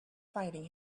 fighting